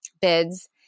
bids